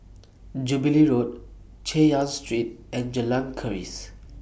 Jubilee Road Chay Yan Street and Jalan Keris